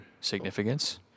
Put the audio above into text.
Significance